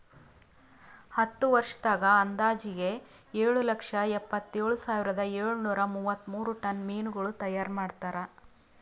ಹತ್ತು ವರ್ಷದಾಗ್ ಅಂದಾಜಿಗೆ ಏಳು ಲಕ್ಷ ಎಪ್ಪತ್ತೇಳು ಸಾವಿರದ ಏಳು ನೂರಾ ಮೂವತ್ಮೂರು ಟನ್ ಮೀನಗೊಳ್ ತೈಯಾರ್ ಮಾಡ್ತಾರ